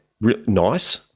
nice